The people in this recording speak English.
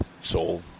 soul